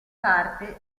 parte